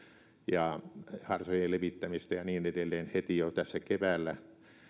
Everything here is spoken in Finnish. ja harsojen levittämistä mansikan istuttamista ja niin edelleen heti jo tässä keväällä